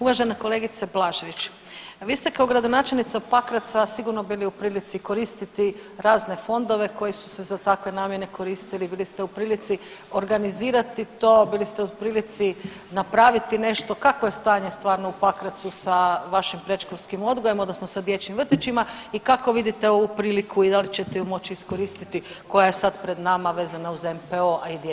Uvažena kolegice Blažević, vi ste kao gradonačelnica Pakraca sigurno bili u prilici koristiti razne fondove koji su se za takve namjene koristili, bili ste u prilici organizirati to, bili ste u prilici napraviti nešto, kakvo je stanje stvarno u Pakracu sa vašim predškolskim odgojem odnosno sa dječjim vrtićima i kako vidite ovu priliku i da li ćete ju moć iskoristiti koja je sad pred nama vezana uz NPOO, a i dječje vrtiće?